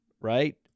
right